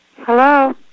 Hello